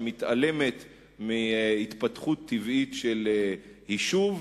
שמתעלמת מהתפתחות טבעית של יישוב.